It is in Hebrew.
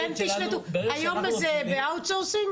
היום זה במיקור חוץ?